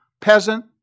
peasant